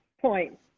point